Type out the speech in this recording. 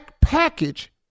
package